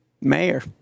mayor